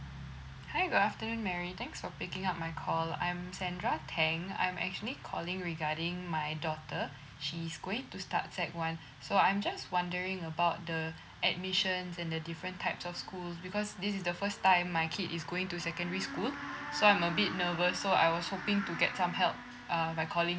hi good afternoon mary thanks for picking up my call I'm sandra tang I'm actually calling regarding my daughter she's going to start sec one so I'm just wondering about the admissions and the different types of schools because this is the first time my kid is going to secondary school so I'm a bit nervous so I was hoping to get some help uh by calling